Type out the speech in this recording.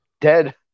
dead